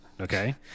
okay